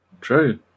True